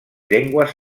llengües